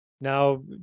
now